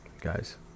Guys